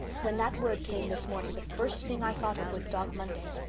when that word came this morning the first thing i thought of was dog monday.